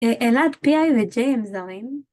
אלעד, פיאי וג'י הם זוהים.